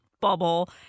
bubble